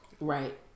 Right